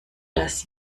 das